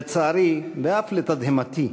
לצערי, ואף לתדהמתי,